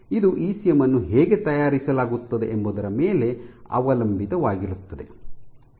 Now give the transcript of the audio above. ಇದು ಇಸಿಎಂ ಅನ್ನು ಹೇಗೆ ತಯಾರಿಸಲಾಗುತ್ತದೆ ಎಂಬುದರ ಮೇಲೆ ಅವಲಂಬಿತವಾಗಿರುತ್ತದೆ